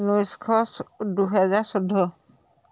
ঊনৈছশ দুহেজাৰ চৌধ্য